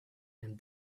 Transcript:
and